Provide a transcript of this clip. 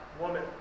woman